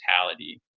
mortality